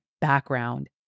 background